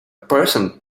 person